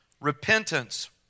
Repentance